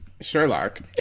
Sherlock